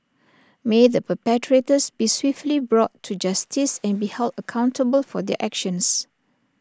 may the perpetrators be swiftly brought to justice and be held accountable for their actions